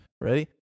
Ready